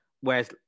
Whereas